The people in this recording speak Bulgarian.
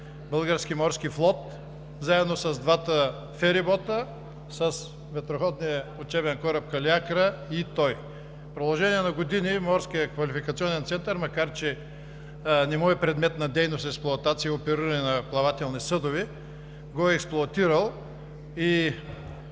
Български морски флот, заедно с двата ферибота, с ветроходния учебен кораб „Калиакра“ и той. В продължение на години Морският квалификационен център, макар че не му е предмет на дейност експлоатация и опериране на плавателни съдове, го е експлоатирал и